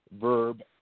verb